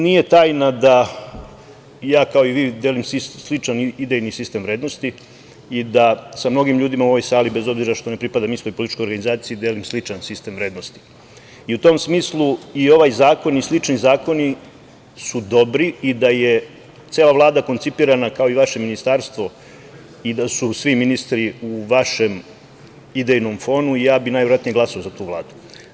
Nije tajna da ja kao i vi delim sličan idejni sistem vrednosti i da sa mnogim ljudima u ovoj sali bez obzira što ne pripadam istoj političkoj organizaciji delim sličan sistem vrednosti i u tom smislu i ovaj zakon i slični zakoni su dobri u da je cela Vlada koncipirana kao i vaše ministarstvo i da su svi ministri u vašem idejnom fonu ja bih najverovatnije glasao za tu Vladu.